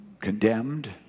condemned